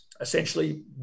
essentially